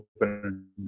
open